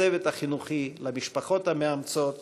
לצוות החינוכי ולמשפחות המאמצות.